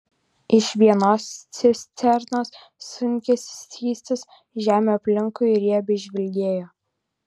iš vienos cisternos sunkėsi skystis žemė aplinkui riebiai žvilgėjo